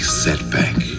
setback